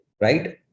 right